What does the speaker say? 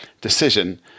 decision